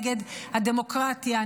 נגד הדמוקרטיה,